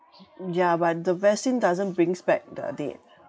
ya but the vaccine doesn't brings back the dead